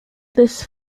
this